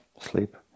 sleep